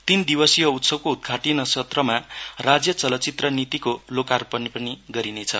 तीन दिवसीय उत्सवको उद्घाटनीय सत्रमा राज्य चलचित्र नितिको लोकार्पण गरिनेछ